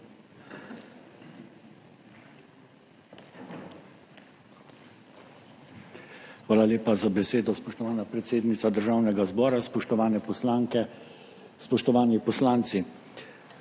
Hvala lepa za besedo, spoštovana predsednica Državnega zbora. Spoštovane poslanke, spoštovani poslanci!